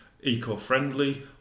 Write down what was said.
eco-friendly